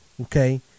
okay